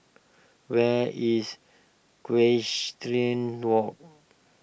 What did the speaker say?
where is Equestrian Walk